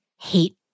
hate